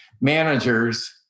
managers